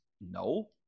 no